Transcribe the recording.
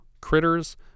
Critters